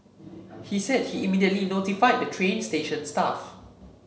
he said he immediately notified the train station staff